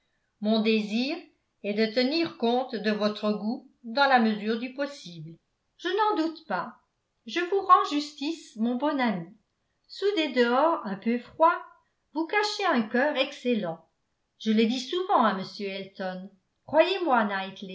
mon désir est de tenir compte de votre goût dans la mesure du possible je n'en doute pas je vous rends justice mon bon ami sous des dehors un peu froids vous cachez un cœur excellent je le dis souvent à m elton croyez-moi